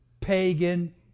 pagan